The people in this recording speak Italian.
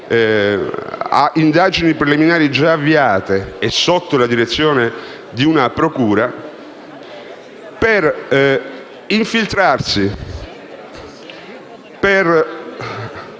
indagini preliminari già avviate, sotto la direzione di una procura, da infiltrare per